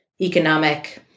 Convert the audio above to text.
economic